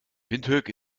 windhoek